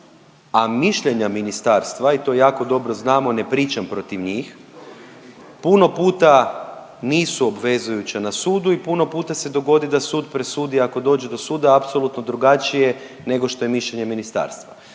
a mišljenja ministarstva i to jako dobro znamo ne pričam protiv njih puno puta nisu obvezujuća na sudu i puno puta se dogodi da su presudi ako dođe do suda apsolutno drugačije nego što je mišljenje ministarstva.